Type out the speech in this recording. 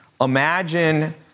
imagine